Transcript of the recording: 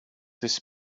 this